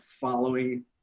following